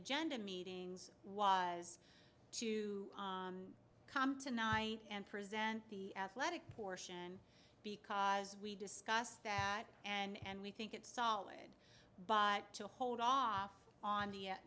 agenda meetings was to come tonight and present the athletic portion because we discussed that and we think it's solid but to hold off on the